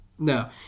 No